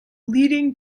leading